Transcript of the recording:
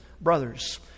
brothers